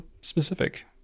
specific